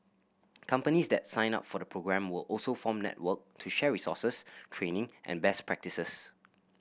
companies that sign up for the programme will also form network to share resources training and best practises